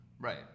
Right